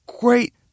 great